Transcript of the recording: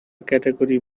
category